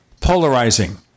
polarizing